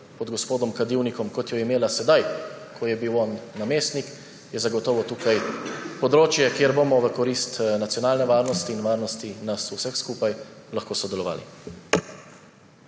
pod gospodom Kadivnikom, kot jo je imela sedaj, ko je bil on namestnik, je zagotovo tukaj področje, kjer bomo v korist nacionalne varnosti in varnosti nas vseh skupaj lahko sodelovali.